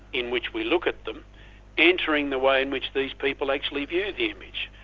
in which we look at them entering the way in which these people actually view the image.